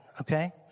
okay